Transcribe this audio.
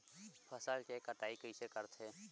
फसल के कटाई कइसे करथे?